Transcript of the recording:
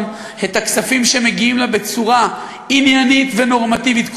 את הכספים שמגיעים לה בצורה עניינית ונורמטיבית,